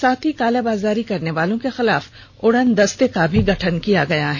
साथ ही कालाबाजारी करने वालों के खिलाफ उड़नदस्ते का भी गठन किया गया है